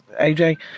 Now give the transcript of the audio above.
AJ